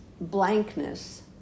blankness